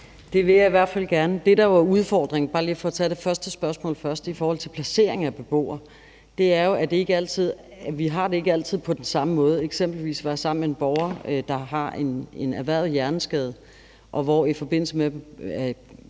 Det vil jeg i hvert fald gerne. Det, der jo er udfordringen – det er bare lige for at tage det første spørgsmål først i forhold til placering af beboere – er jo, at vi ikke altid har det på den samme måde. F.eks. var jeg sammen med en borger, der har en erhvervet hjerneskade, og den pågældende beboer på